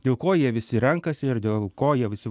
dėl ko jie visi renkasi ir dėl ko jie visi